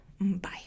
Bye